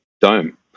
dome